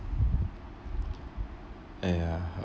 ya